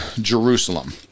Jerusalem